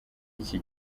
iki